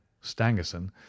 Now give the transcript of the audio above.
Stangerson